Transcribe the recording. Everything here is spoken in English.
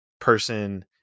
person